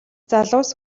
залуус